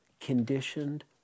conditioned